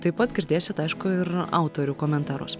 taip pat girdėsit aišku ir autorių komentarus